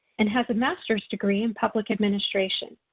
and has a masters degree in public administration.